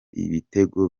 ibitego